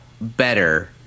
better